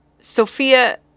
Sophia